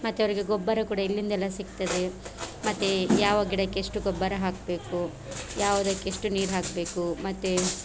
ಮತ್ತು ಅವರಿಗೆ ಗೊಬ್ಬರ ಕೂಡ ಎಲ್ಲಿಂದೆಲ್ಲ ಸಿಗ್ತದೆ ಮತ್ತು ಯಾವ ಗಿಡಕ್ಕೆ ಎಷ್ಟು ಗೊಬ್ಬರ ಹಾಕಬೇಕು ಯಾವ್ದಕ್ಕೆ ಎಷ್ಟು ನೀರು ಹಾಕಬೇಕು ಮತ್ತು